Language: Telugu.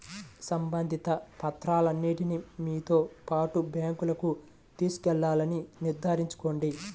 సంబంధిత పత్రాలన్నింటిని మీతో పాటు బ్యాంకుకు తీసుకెళ్లాలని నిర్ధారించుకోండి